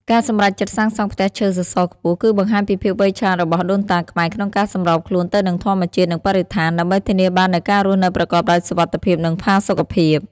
ការសម្រេចចិត្តសាងសង់ផ្ទះឈើសសរខ្ពស់ គឺបង្ហាញពីភាពវៃឆ្លាតរបស់ដូនតាខ្មែរក្នុងការសម្របខ្លួនទៅនឹងធម្មជាតិ និងបរិស្ថាន ដើម្បីធានាបាននូវការរស់នៅប្រកបដោយសុវត្ថិភាព និងផាសុកភាព ។